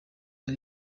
ari